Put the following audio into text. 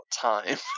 Time